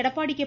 Edappadi K